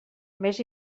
més